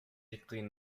écrits